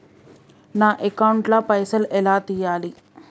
నా అకౌంట్ ల పైసల్ ఎలా తీయాలి?